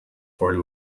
for